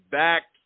back